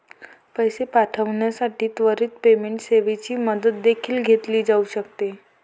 पैसे पाठविण्यासाठी त्वरित पेमेंट सेवेची मदत देखील घेतली जाऊ शकते